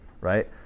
Right